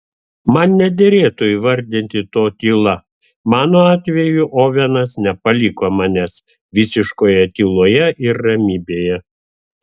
man nederėtų įvardinti to tyla mano atveju ovenas nepaliko manęs visiškoje tyloje ir ramybėje